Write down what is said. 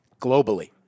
Globally